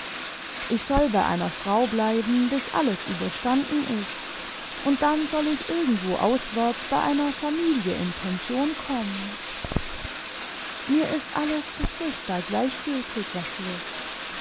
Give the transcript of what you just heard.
ich soll bei einer frau bleiben bis alles überstanden ist und dann soll ich irgendwo auswärts bei einer familie in pension kommen mir ist alles so furchtbar gleichgültig was wird